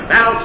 Now